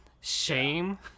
shame